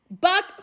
Buck